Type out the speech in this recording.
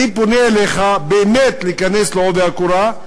אני פונה אליך באמת להיכנס בעובי הקורה,